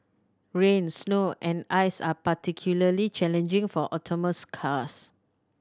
rain snow and ice are particularly challenging for autonomous cars